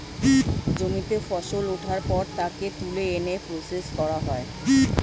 জমিতে ফসল ওঠার পর তাকে তুলে এনে প্রসেস করা হয়